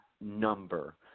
number